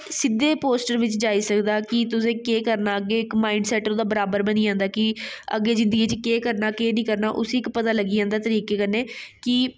सिद्धे पोस्टर बिच्च जाई सकदा कि तुसें केह् करना अग्गें इक मांइड सेट बराबर बनी जंदा कि अग्गें जिंदगी च केह् करना केह् नेईं करना उस्सी इक पता लग्गी जंदा तरीके कन्नै कि